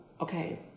okay